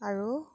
আৰু